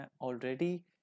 already